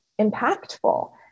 impactful